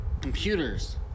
computers